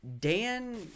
Dan